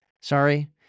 Sorry